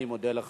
אני מודה לך.